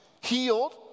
healed